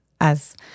as-